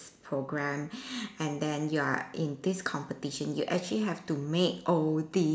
program and then you are in this competition you actually have to make all these